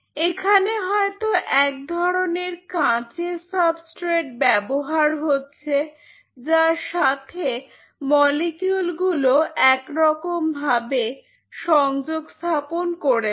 এখানে হয়তো এক ধরনের কাঁচের সাবস্ট্রেট ব্যবহার হচ্ছে যার সাথে মলিকিউলগুলো এক রকম ভাবে সংযোগ স্থাপন করেছে